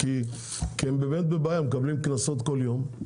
כי הם באמת בבעיה, הם מקבלים קנסות כל יום.